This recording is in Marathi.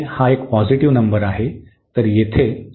a हा एक पॉझिटिव्ह नंबर आहे तर येथे